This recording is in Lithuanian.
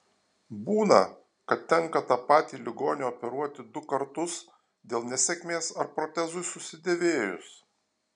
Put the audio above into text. būna kad tenka tą patį ligonį operuoti du kartus dėl nesėkmės ar protezui susidėvėjus